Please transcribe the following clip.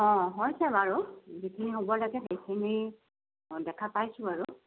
অঁ হৈছে বাৰু যিখিনি হ'ব লাগে সেইখিনি দেখা পাইছো বাৰু